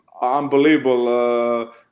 unbelievable